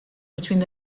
between